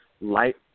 light